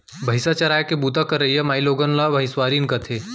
भईंसा चराय के बूता करइया माइलोगन ला भइंसवारिन कथें